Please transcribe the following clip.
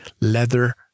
leather